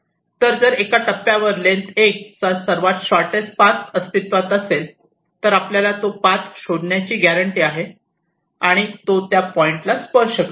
तर जर एका टप्प्यानंतर लेन्थ 1 चा सर्वात शॉर्टटेस्ट पाथ अस्तित्वात असेल तर आपल्याला तो पाथ शोधण्याची गॅरंटी आहे आणि तो त्या पॉईंट ला स्पर्श करेल